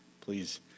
Please